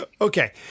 Okay